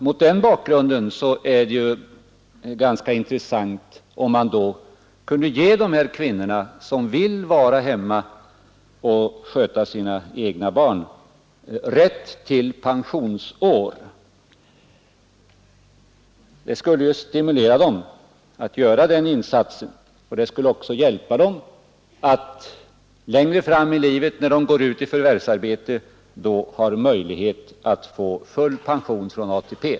Mot den bakgrunden skulle det vara bra, om man kunde ge kvinnor som vill vara hemma och sköta sina barn rätt till pensionsår. Det skulle stimulera dem att göra den insatsen och det skulle också längre fram i livet när de går ut i förvärvsarbete hjälpa dem att få full pension från ATP.